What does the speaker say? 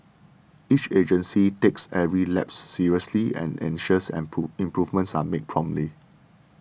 each agency takes every lapse seriously and ensures an prove improvements are made promptly